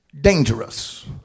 dangerous